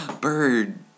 Bird